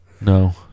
No